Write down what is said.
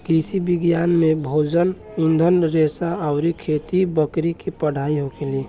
कृषि विज्ञान में भोजन, ईंधन रेशा अउरी खेती बारी के पढ़ाई होखेला